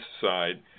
side